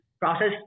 process